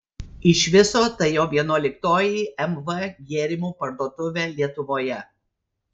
iš viso tai jau vienuoliktoji mv gėrimų parduotuvė lietuvoje